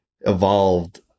evolved